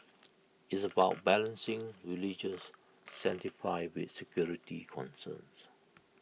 it's about balancing religious with security concerns